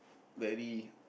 very